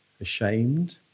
ashamed